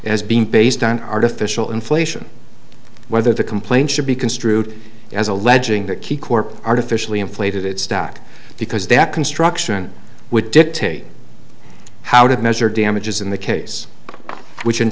as being based on artificial inflation whether the complaint should be construed as alleging that key corp artificially inflated its stack because that construction would dictate how to measure damages in the case which in